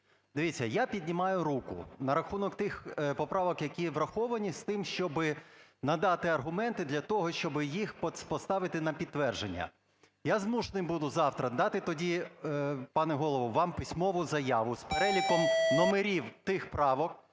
Дивіться, я піднімаю руку на рахунок тих поправок, які враховані, з тим, щоби надати аргументи для того, щоби їх поставити на підтвердження. Я змушений буду завтра дати тоді, пане Голово, вам письмову заяву з переліком номерів тих правок,